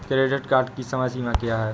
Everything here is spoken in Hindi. क्रेडिट कार्ड की समय सीमा क्या है?